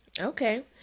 Okay